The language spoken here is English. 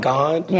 God